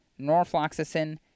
norfloxacin